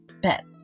bet